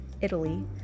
Italy